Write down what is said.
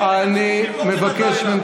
לא נתפס.